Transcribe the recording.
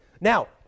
Now